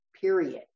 period